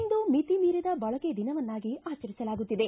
ಇಂದು ಮಿತಿ ಮೀರಿದ ಬಳಕೆ ದಿನವನ್ನಾಗಿ ಆಚರಿಸಲಾಗುತ್ತಿದೆ